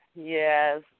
Yes